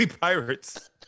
pirates